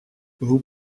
vous